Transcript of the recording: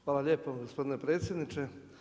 Hvala lijepo gospodine predsjedniče.